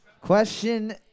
Question